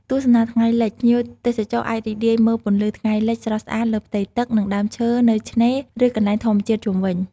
ទស្សនាថ្ងៃលិច ភ្ញៀវទេសចរអាចរីករាយមើលពន្លឺថ្ងៃលិចស្រស់ស្អាតលើផ្ទៃទឹក និងដើមឈើនៅឆ្នេរ ឬកន្លែងធម្មជាតិជុំវិញ។